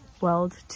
world